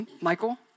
Michael